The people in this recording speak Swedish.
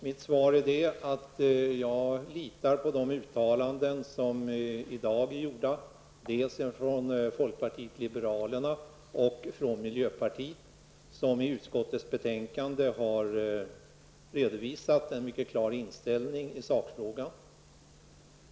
Mitt svar är att jag litar på de uttalanden som i dag har gjorts dels från folkpartiet liberalerna, dels från miljöpartiet, som i betänkandet har redovisat en mycket klar inställning i sakfrågan.